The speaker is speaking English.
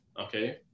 okay